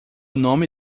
nome